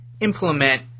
implement